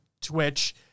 Twitch